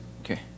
okay